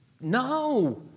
No